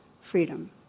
freedom